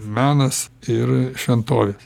menas ir šventovės